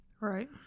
Right